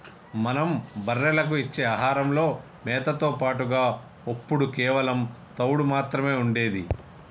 మనం బర్రెలకు ఇచ్చే ఆహారంలో మేతతో పాటుగా ఒప్పుడు కేవలం తవుడు మాత్రమే ఉండేది